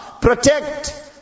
Protect